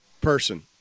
person